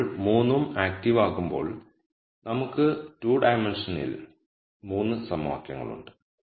ഇപ്പോൾ 3 ഉം ആക്റ്റീവ് ആകുമ്പോൾ നമുക്ക് 2 ഡയമെൻഷനിൽ 3 സമവാക്യങ്ങളുണ്ട്